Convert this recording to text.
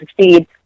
succeed